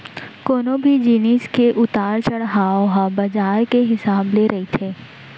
कोनो भी जिनिस के उतार चड़हाव ह बजार के हिसाब ले रहिथे